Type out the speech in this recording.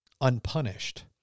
unpunished